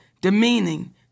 demeaning